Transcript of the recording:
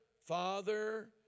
father